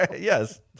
Yes